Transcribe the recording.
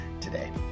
today